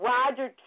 Roger